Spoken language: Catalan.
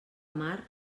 mar